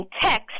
text